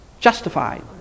justified